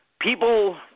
people